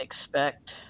expect